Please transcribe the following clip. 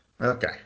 Okay